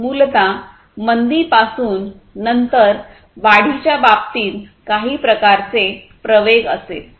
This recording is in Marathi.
तर मूलत मंदी पासून नंतर वाढीच्या बाबतीत काही प्रकारचे प्रवेग असेल